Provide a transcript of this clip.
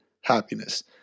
happiness